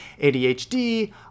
ADHD